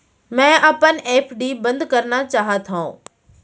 मै अपन एफ.डी बंद करना चाहात हव